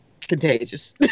contagious